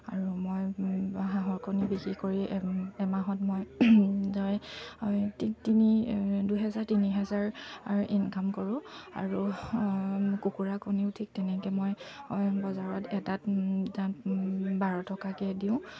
আৰু মই হাঁহৰ কণী বিক্ৰী কৰি এমাহত মই মই তিনি দুহেজাৰ তিনি হেজাৰ ইনকাম কৰোঁ আৰু কুকুৰা কণীও ঠিক তেনেকৈ মই বজাৰত এটাত বাৰ টকাকৈ দিওঁ